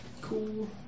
Cool